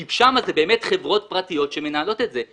כי שם זה באמת חברות פרטיות שמנהלות את זה.